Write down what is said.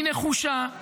היא נחושה,